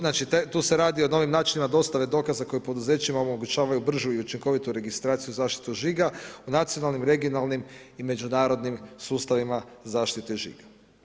Znači, tu se radi o novim načinima dostave dokaza koje poduzećima omogućava bržu i učinkovitu registraciju zaštite žiga o nacionalnim regionalnih i međunarodnim sustavima zaštite žiga.